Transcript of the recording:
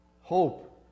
hope